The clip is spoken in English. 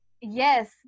yes